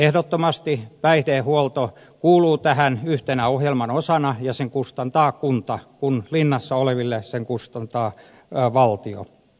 ehdottomasti päihdehuolto kuuluu tähän yhtenä ohjelman osana ja sen kustantaa kunta kun linnassa oleville sen kustantaa valtio